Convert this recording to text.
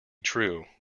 true